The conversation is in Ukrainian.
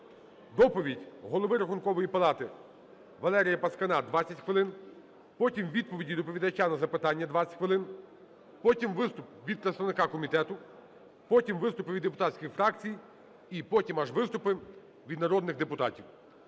Доповідь Голови Рахункової палати Валерія Пацкана - 20 хвилин. Потім відповіді доповідача на запитання - 20 хвилин. Потім - виступ від представника комітету. Потім - виступи від депутатський фракцій. І потім аж виступи від народних депутатів.